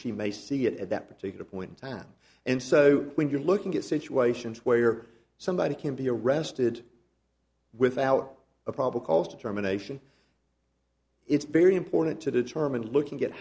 she may see it at that particular point in time and so when you're looking at situations where somebody can be arrested without a probably cause determination it's very important to determine looking